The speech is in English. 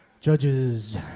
Judges